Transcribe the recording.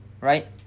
Right